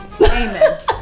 Amen